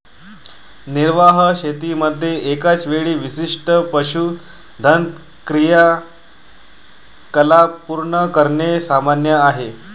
निर्वाह शेतीमध्ये एकाच वेळी विशिष्ट पशुधन क्रियाकलाप पूर्ण करणे सामान्य आहे